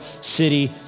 city